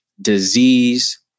disease